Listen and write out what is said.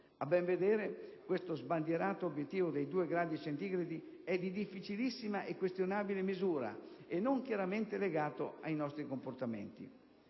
A ben vedere, questo sbandierato obiettivo dei due gradi centigradi è di difficilissima e questionabile misura e non chiaramente legato ai nostri comportamenti.